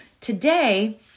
today